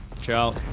Ciao